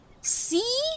See